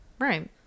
Right